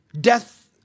Death